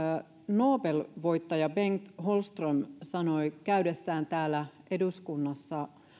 nobel voittaja bengt holmström sanoi käydessään täällä eduskunnassa